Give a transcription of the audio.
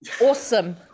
Awesome